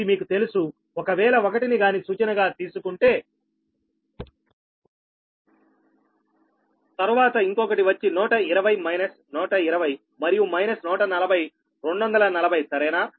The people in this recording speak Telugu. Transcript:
ఇది మీకు తెలుసు ఒకవేళ ఒకటి ని గాని సూచనగా తీసుకుంటే తర్వాత ఇంకొకటి వచ్చి 120 మైనస్ 120 మరియు మైనస్ 140240 సరేనా